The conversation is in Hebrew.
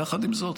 יחד עם זאת,